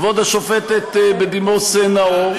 כבוד השופטת בדימוס נאור,